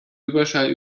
überschall